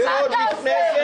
מה אתה עושה?